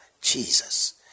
Jesus